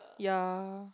ya